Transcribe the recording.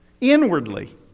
inwardly